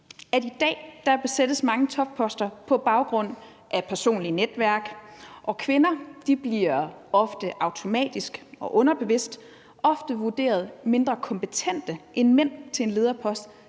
i dag besættes mange topposter på baggrund af personlige netværk, og kvinder bliver ofte automatisk underbevidst vurderet mindre kompetente end mænd til en lederpost,